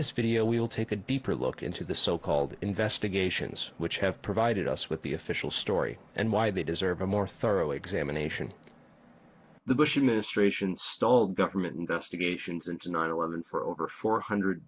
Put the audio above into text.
this video we will take a deeper look into the so called investigations which have provided us with the official story and why they deserve a more thorough examination of the bush administration stole government investigations and not a word for over four hundred